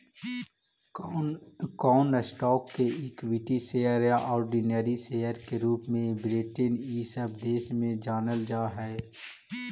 कौन स्टॉक्स के equity share या ऑर्डिनरी शेयर के रूप में ब्रिटेन इ सब देश में जानल जा हई